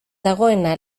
dagoena